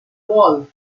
wall